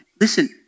listen